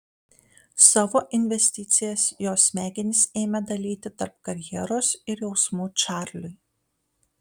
savo investicijas jos smegenys ėmė dalyti tarp karjeros ir jausmų čarliui